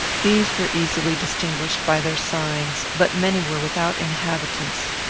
these were easily distinguished by their signs, but many were without inhabitants.